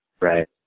Right